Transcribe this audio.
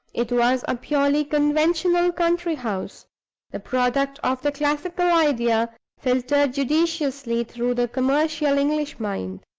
it was a purely conventional country house the product of the classical idea filtered judiciously through the commercial english mind.